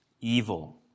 evil